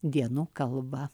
dienų kalba